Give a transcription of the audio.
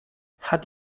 hat